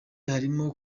harimo